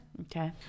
Okay